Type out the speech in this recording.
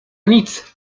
nic